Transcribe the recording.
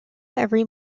every